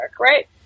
right